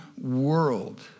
world